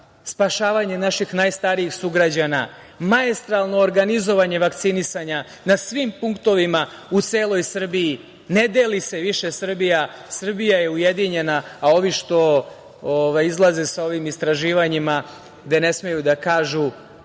spašavanje naših najstarijih sugrađana, maestralno organizovanje vakcinisanja na svim punktovima u celoj Srbiji. Ne deli se više Srbija, Srbija je ujedinjena, a ovi što izlaze sa ovim istraživanjima gde ne smeju da kažu,